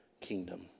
kingdom